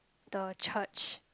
the church